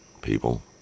people